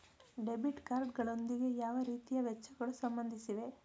Debit card ಗಳೊಂದಿಗೆ ಯಾವ ರೀತಿಯ ವೆಚ್ಚಗಳು ಸಂಬಂಧಿಸಿವೆ?